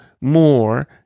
more